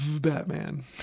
batman